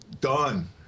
done